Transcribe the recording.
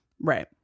Right